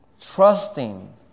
trusting